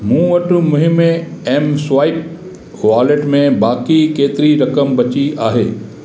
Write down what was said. मूं वटि मुंहिंमें एम स्वाइप वॉलेट में बाक़ी केतिरी रक़म बची आहे